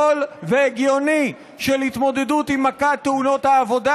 זול והגיוני להתמודדות עם מכת תאונות העבודה.